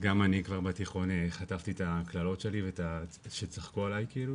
גם אני כבר בתיכון חטפתי את הקללות שלי ושצחקו עלי כאילו